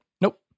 Nope